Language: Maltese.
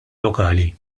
lokali